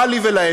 מה לי ולהן?